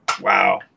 Wow